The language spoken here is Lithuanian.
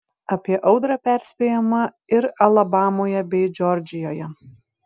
apie audrą perspėjama ir alabamoje bei džordžijoje